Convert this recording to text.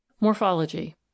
morphology